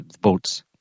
boats